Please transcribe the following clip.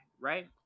right